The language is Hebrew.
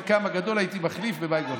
את חלקם הגדול הייתי מחליף במאי גולן.